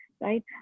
right